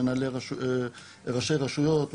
מנהלי ראשי רשויות,